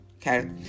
okay